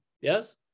yes